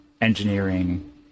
engineering